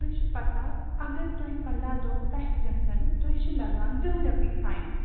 تُہۍ چھو پَتَہ اگر تۄہہِ پَنٛداہ پٮ۪ٹھ گَژھَن تُہۍ چھُ لَگان ترٛہ رۄپیہِ فایِن